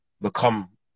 become